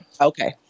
Okay